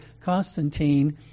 Constantine